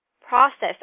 process